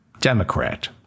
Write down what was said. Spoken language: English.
Democrat